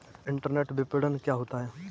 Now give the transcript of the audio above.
Internet विपणन क्या होता है?